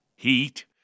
Heat